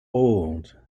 old